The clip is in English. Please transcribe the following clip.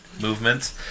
Movements